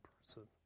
person